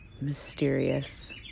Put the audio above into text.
mysterious